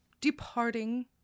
departing